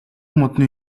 модны